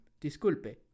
disculpe